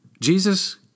Jesus